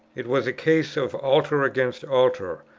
it was a case of altar against altar,